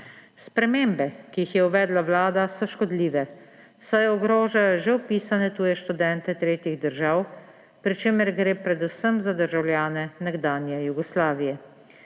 Spremembe, ki jih je uvedla vlada, so škodljive, saj ogrožajo že vpisane tuje študente tretjih držav, pri čemer gre predvsem za državljane nekdanje Jugoslavije.